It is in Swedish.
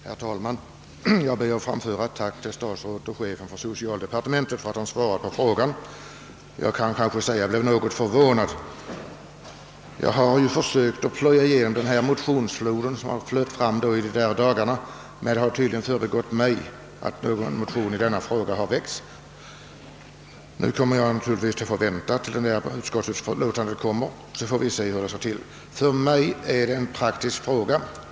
Herr talman! Jag ber att få framföra ett tack till statsrådet och chefen för socialdepartementet för att han har svarat på frågan. Jag kanske kan säga att jag blev något förvånad. Jag har försökt plöja igenom den motionsflod som vällt fram de här dagarna, men det har förbigått mig att någon motion i denna fråga har väckts. Nu kommer jag naturligtvis att få vänta tills utskottsutlåtandet föreligger; då får vi se hur det står till. För mig är detta en praktisk fråga.